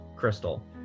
Crystal